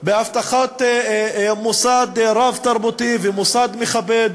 בהבטחת מוסד רב-תרבותי ומוסד מכבד